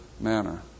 manner